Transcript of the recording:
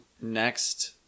Next